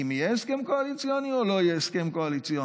אם יהיה הסכם קואליציוני או לא יהיה הסכם קואליציוני.